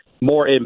more